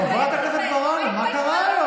חברת הכנסת מראענה, מה קרה היום?